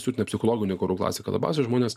siutina psichologiniu karu klasika labiausiai žmonės